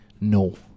No